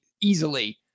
easily